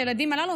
את הילדים הללו,